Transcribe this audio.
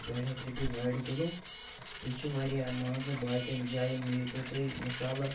ڈۄڈِ ہَتھ رۄپیہِ گاڈٕ کِلوٗ یہِ چھِ وارِیاہ مان ژٕ باقیَن جایَن نیٖتو تُہۍ مِثالہٕ